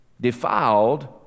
defiled